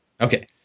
Okay